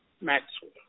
Maxwell